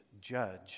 judge